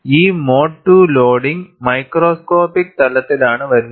ഈ mode II loading microscopic തലത്തിലാണ് വരുന്നത്